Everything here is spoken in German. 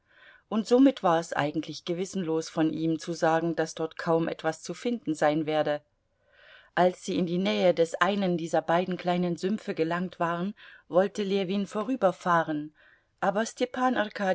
und somit war es eigentlich gewissenlos von ihm zu sagen daß dort kaum etwas zu finden sein werde als sie in die nähe des einen dieser beiden kleinen sümpfe gelangt waren wollte ljewin vorüberfahren aber stepan